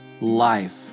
life